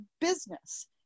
business